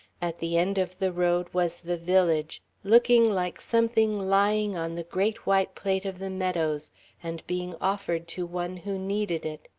at the end of the road was the village, looking like something lying on the great white plate of the meadows and being offered to one who needed it.